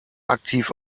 aktiv